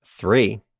three